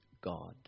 God